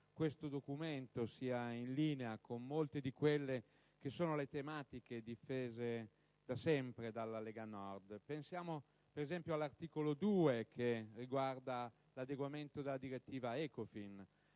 questo documento sia in linea con molte delle tematiche difese da sempre dalla Lega Nord. Pensiamo, per esempio, all'articolo 2 che riguarda l'adeguamento della direttiva Ecofin.